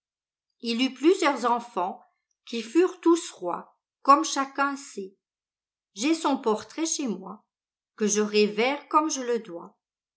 il eut plusieurs enfants qui furent tous rois comme chacun sait j'ai son portrait chez moi que je révère comme je le dois